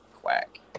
quack